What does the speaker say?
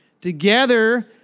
Together